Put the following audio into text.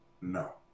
No